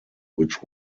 which